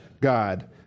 God